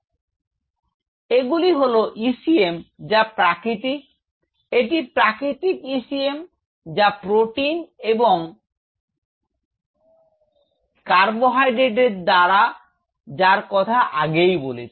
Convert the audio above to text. এগুলি হল ECM যা প্রাকৃতিক এটি প্রাকৃতিক ECM যা প্রোটিন এবং ফ্লাশ কার্বোহাইড্রেটের দ্বারা যার কথা আগেই বলেছি